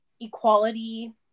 equality